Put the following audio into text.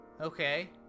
okay